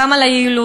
גם על היעילות,